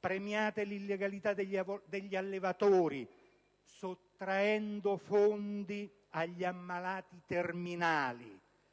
premiate l'illegalità degli allevatori, sottraendo fondi ai malati terminali;